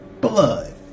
blood